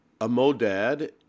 Amodad